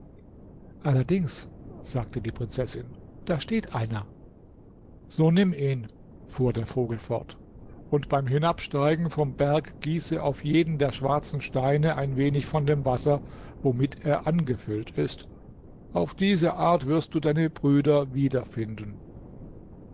allerdings sagte die prinzessin da steht einer so nimm ihn fuhr der vogel fort und beim hinabsteigen vom berg gieße auf jeden der schwarzen steine ein wenig von dem wasser womit er angefüllt ist auf diese art wirst du deine brüder